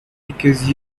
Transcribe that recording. because